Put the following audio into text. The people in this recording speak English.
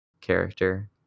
character